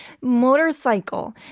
Motorcycle